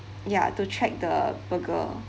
ya to check the burger